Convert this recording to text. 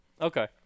Okay